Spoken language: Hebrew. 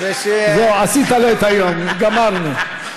זהו, עשית לו את היום, גמרנו.